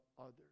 others